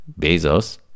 Bezos